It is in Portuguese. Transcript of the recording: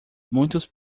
muito